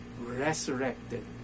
resurrected